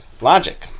logic